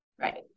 right